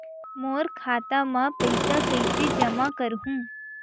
मोर खाता म पईसा कइसे जमा करहु?